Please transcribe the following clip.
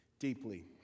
Deeply